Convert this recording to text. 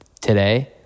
today